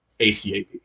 ACAP